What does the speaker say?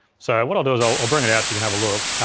so, what i'll do is i'll i'll bring it out so you can have a look.